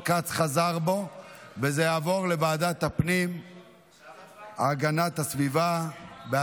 ותעבור לוועדת הפנים והגנת הסביבה.